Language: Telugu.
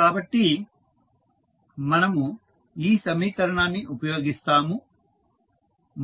కాబట్టి మనము ఈ సమీకరణాన్ని ఉపయోగిస్తాము